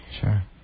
sure